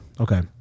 Okay